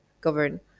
govern